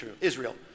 Israel